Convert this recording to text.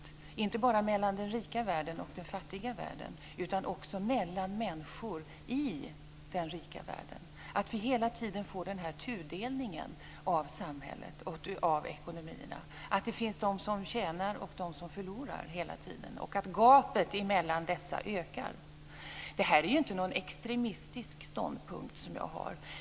Det gäller inte bara mellan den rika världen och den fattiga världen utan också mellan människor i den rika världen. Vi får hela tiden en tudelning av samhället och ekonomierna. Det finns de som tjänar och de som förlorar. Gapet mellan dessa ökar. Det är ju inte någon extremistisk ståndpunkt som jag har.